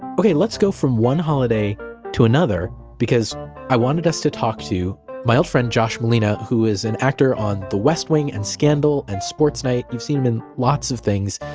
okay, let's go from one holiday to another. because i wanted us to talk to my old friend josh malina who was an actor on the west wing and scandal and sports night. you've seen him in lots of things.